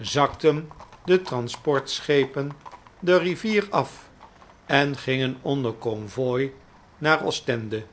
zakten de transportschepen de rivier af en gingen onder convooi naar ostende